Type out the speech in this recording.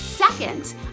Second